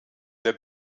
der